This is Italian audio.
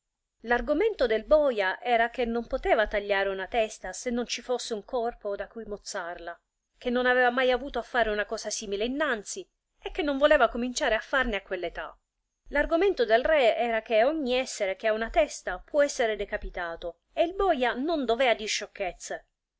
l'argomento del boja era che non poteva tagliare una testa se non ci fosse un corpo da cui mozzarla che non avea mai avuto a fare una cosa simile innanzi e che non voleva cominciare a farne a quell'età l'argomento del re era che ogni essere che ha una testa può essere decapitato e il boja non dovea dir sciocchezze